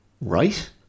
right